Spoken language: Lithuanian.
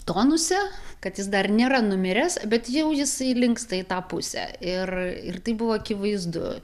tonuse kad jis dar nėra numiręs bet jau jisai linksta į tą pusę ir ir tai buvo akivaizdu